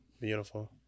Beautiful